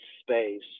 space